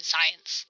Science